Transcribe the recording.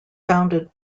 founded